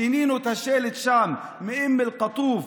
שינינו את השלט שם מאום אל-קטוף,